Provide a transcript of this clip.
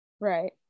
right